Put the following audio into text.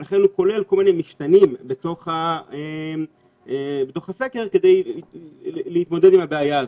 ולכן הוא כולל כל מיני משתנים בתוך הסקר כדי להתמודד עם הבעיה הזאת,